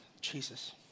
Jesus